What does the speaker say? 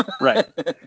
Right